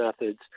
methods